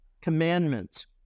commandments